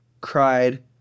cried